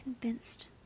convinced